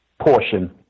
portion